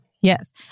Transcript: yes